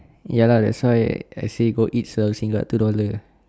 ya lah that's why I say go eat selalu singgah two dollar